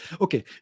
Okay